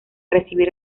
recibir